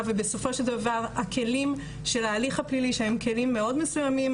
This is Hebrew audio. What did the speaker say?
ובסופו של דבר הכלים של ההליך הפלילי שהם כלים מאוד מסומים